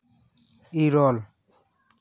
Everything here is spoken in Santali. ᱤᱨᱟᱹᱞ